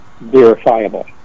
verifiable